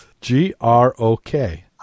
G-R-O-K